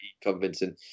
convincing